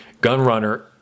Gunrunner